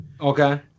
Okay